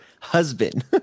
husband